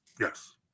Yes